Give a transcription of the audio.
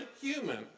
human